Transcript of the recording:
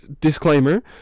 disclaimer